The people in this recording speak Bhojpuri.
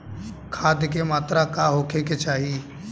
खाध के मात्रा का होखे के चाही?